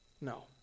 No